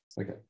Okay